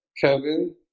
Kevin